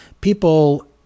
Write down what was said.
People